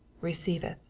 receiveth